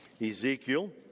Ezekiel